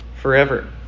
forever